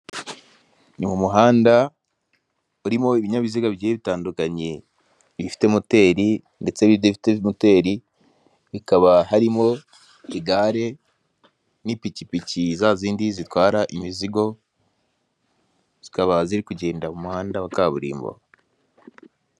Ni mu muhanda urimo ibinyabiziga bigiye bitandukanye, ibifite moteri ndetse n'ibidafite moteri, bikaba harimo igare n'ipikipiki, zazindi zitwara imizigo, zikaba ziri kugenda mu muhanda wa kaburimbo.